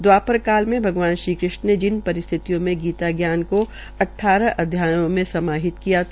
द्वापर काल में भगवान श्री कृष्ण ने जिन परिस्थितियों में गीता जान का अद्वारह अध्यायों में समाहित किया था